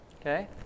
okay